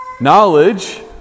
Knowledge